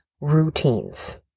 routines